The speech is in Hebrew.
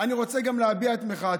אני רוצה גם להביא את מחאתי.